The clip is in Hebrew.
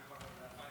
חידון.